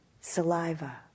saliva